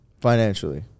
Financially